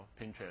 Pinterest